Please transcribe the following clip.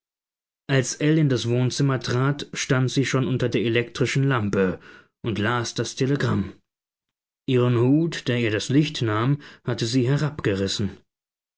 als ell in das wohnzimmer trat stand sie schon unter der elektrischen lampe und las das telegramm ihren hut der ihr das licht nahm hatte sie